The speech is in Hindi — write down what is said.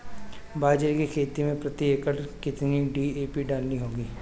बाजरे की खेती में प्रति एकड़ कितनी डी.ए.पी डालनी होगी?